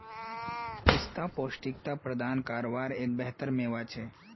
पिस्ता पौष्टिकता प्रदान कारवार एक बेहतर मेवा छे